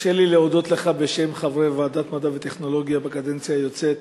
תרשה לי להודות לך בשם חברי ועדת המדע והטכנולוגיה בקדנציה היוצאת.